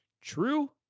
true